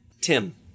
Tim